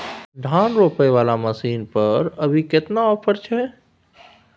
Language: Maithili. धान रोपय वाला मसीन पर अभी केतना ऑफर छै?